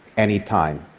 anytime.